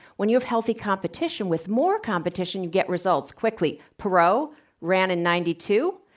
when you have healthy competition with more competition, you get results quickly. perot ran in ninety two.